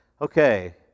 okay